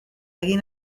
egin